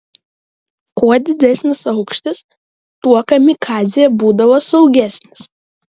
kuo didesnis aukštis tuo kamikadzė būdavo saugesnis